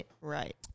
right